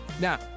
Now